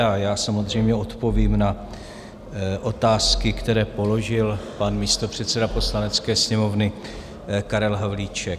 A já samozřejmě odpovím na otázky, které položil pan místopředseda Poslanecké sněmovny Karel Havlíček.